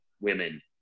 women